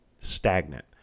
stagnant